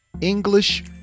English